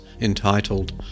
entitled